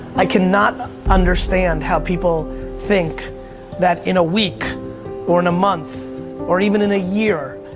i cannot understand how people think that in a week or in a month or even in a year,